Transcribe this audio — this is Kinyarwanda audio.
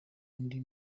undi